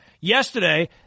yesterday